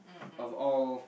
of all